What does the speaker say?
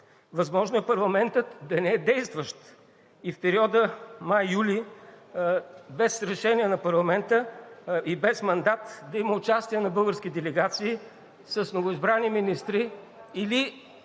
Възможно е парламентът да не е действащ и в периода май – юли, без решение на парламента и без мандат, да има участие на български делегации с новоизбрани министри или